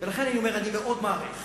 לכן אני אומר שאני מאוד מעריך